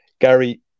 Gary